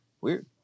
Weird